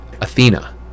Athena